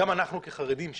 שגם אנחנו כחרדים,